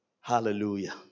Hallelujah